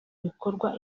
bikorwa